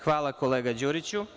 Hvala, kolega Đuriću.